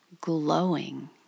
glowing